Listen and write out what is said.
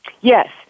Yes